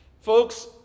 Folks